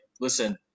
listen